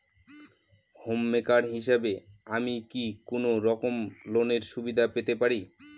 Home maker হিসেবে কি আমি কোনো রকম লোনের সুবিধা পেতে পারি?